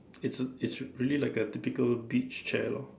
it's it's really like a typical beach chair lor